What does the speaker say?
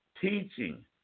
teaching